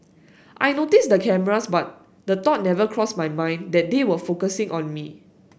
I noticed the cameras but the thought never crossed my mind that they were focusing on me